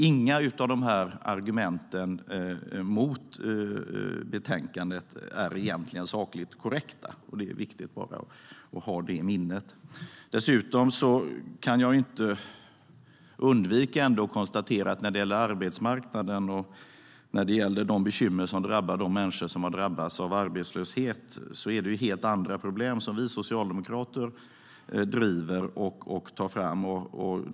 Inga av argumenten mot betänkandet är egentligen sakligt korrekta. Det är viktigt att ha det i minnet. Dessutom kan jag inte undvika att konstatera att när det gäller arbetsmarknaden och de bekymmer och problem som de människor som har drabbats av arbetslöshet råkar ut för är det helt andra frågor som vi i Socialdemokraterna driver och tar fram.